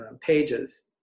pages